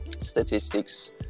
statistics